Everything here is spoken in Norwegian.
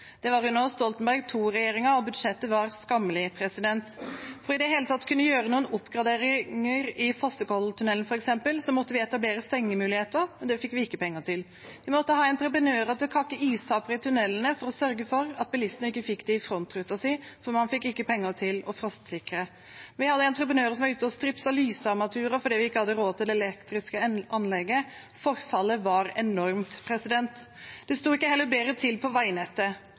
Det var under Stoltenberg II-regjeringen, og budsjettet var skammelig. For i det hele tatt å kunne gjøre noen oppgraderinger, f.eks. i Fosskolltunnelen, måtte vi etablere stengemuligheter, og det fikk vi ikke penger til. Vi måtte ha entreprenører til å kakke istapper i tunnelene for å sørge for at bilistene ikke fikk dem i frontruta, for man fikk ikke penger til å frostsikre. Vi hadde entreprenører som var ute og stripset lysarmaturer, fordi vi ikke hadde råd til det elektriske anlegget. Forfallet var enormt. Det sto heller ikke bedre til på veinettet.